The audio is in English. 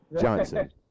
Johnson